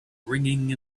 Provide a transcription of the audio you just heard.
ringing